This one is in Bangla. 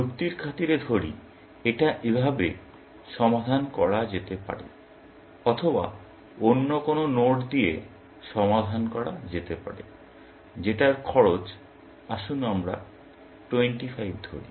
যুক্তির খাতিরে ধরি এটা এভাবে সমাধান করা যেতে পারে অথবা অন্য কোনো নোড দিয়ে সমাধান করা যেতে পারে যেটার খরচ আসুন আমরা 25 ধরি